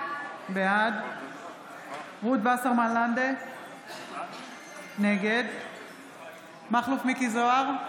בעד רות וסרמן לנדה, נגד מכלוף מיקי זוהר,